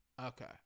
okay